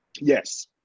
Yes